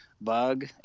bug